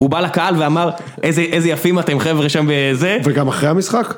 הוא בא לקהל ואמר, איזה יפים אתם חבר'ה שם ב... זה... וגם אחרי המשחק?